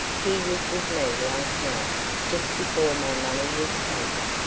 he was with me last night just before my money was taken,